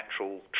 natural